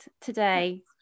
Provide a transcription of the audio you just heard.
today